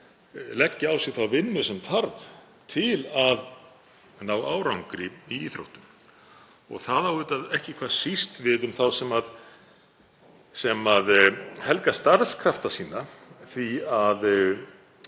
leggja á sig þá vinnu sem þarf til að ná árangri í íþróttum. Það á ekki hvað síst við um þá sem helga starfskrafta sína því að